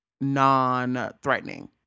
non-threatening